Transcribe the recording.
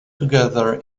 together